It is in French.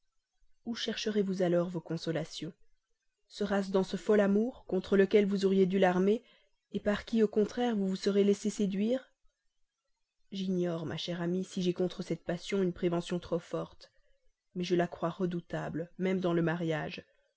où seront alors vos consolations les trouverez-vous dans ce fol amour contre lequel vous auriez dû l'armer par qui au contraire vous vous serez laissé séduire j'ignore ma chère amie si j'ai contre cette passion une prévention trop forte mais je la crois redoutable même dans le mariage